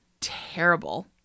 terrible